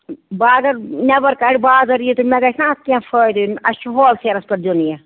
بہٕ اَگر نیٚبر کڑٕ بازر یہِ تہٕ مےٚ گژھِ نہ اَتھ کیٚنہہ فٲیدٕ یُن اَسہِ چھُ ہولسیلَس پٮ۪ٹھ دیُن یہِ